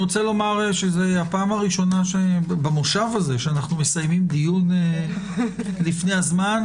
זה הפעם הראשונה במושב הזה שאנחנו מסיימים דיון לפני הזמן.